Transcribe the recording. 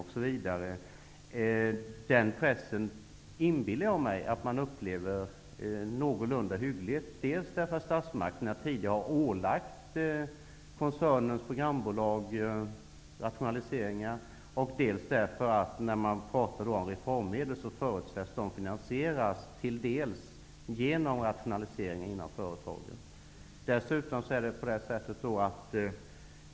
Jag inbillar mig att man känner den pressen. Dels har statsmakterna tidigare ålagt koncernens programbolag rationaliseringar, dels förutsätts reformmedlen att till viss del finansieras genom rationalisering inom företaget.